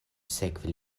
sekve